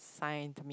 sign to me